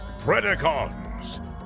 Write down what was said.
Predacons